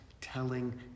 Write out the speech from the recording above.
telling